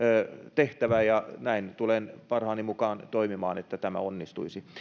tehtävä ja tulen parhaani mukaan toimimaan että tämä onnistuisi